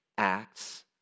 acts